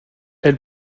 elle